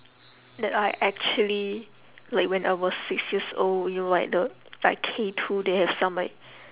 that I actually like when I was six years old you know like the like K two they have some like